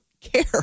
care